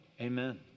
amen